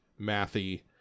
mathy